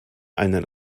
einen